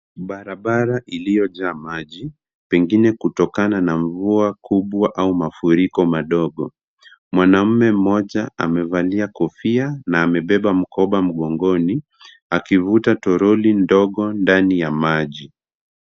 Barabara iliyojaa maji pengine kutokana na mvua kubwa au mafuriko madogo. Mwanaume mmoja amevalia kofia na amebeba mkoba mgongoni, akivuta toroli ndogo ndani ya maji.